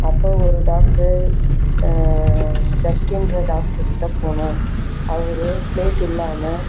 அப்போது ஒரு டாக்ட்ரு ஜஸ்டீன்ங்ற டாக்ட்ரு கிட்டே போனோம் அவர் பிளேட் இல்லாமல்